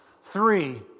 Three